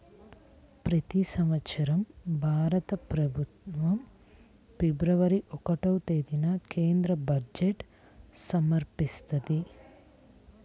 ప్రతి సంవత్సరం భారత ప్రభుత్వం ఫిబ్రవరి ఒకటవ తేదీన కేంద్ర బడ్జెట్ను సమర్పిస్తది